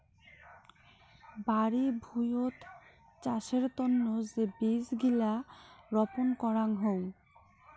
বাড়ি ভুঁইয়ত চাষের তন্ন যে বীজ গিলা রপন করাং হউ